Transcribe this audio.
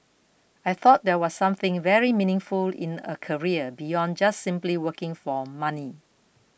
I thought that was something very meaningful in a career beyond just simply working for money